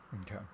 Okay